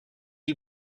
you